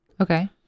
Okay